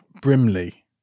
Brimley